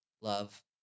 love